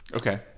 Okay